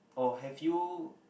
oh have you